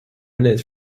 minutes